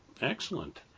Excellent